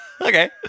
Okay